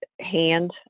hand